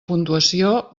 puntuació